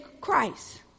Christ